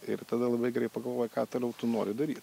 ir tada labai gerai pagalvoji ką toliau tu nori daryt